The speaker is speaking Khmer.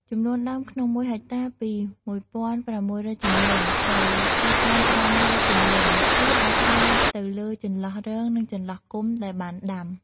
ចំនួនដើមក្នុង ១ហិកតា ពី ១៦០០ជន្លង់ ទៅ២៥០០ជន្លង់ វាអាស្រ័យទៅលើចន្លោះរង និងចន្លោះគុម្ព ដែលបានដាំ។